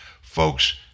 Folks